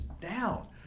down